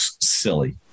silly